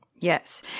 Yes